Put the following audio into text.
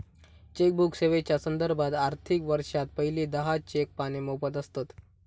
chequebook सेवेच्यो संदर्भात, आर्थिक वर्षात पहिली दहा चेक पाने मोफत आसतत